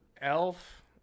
elf